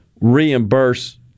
reimburse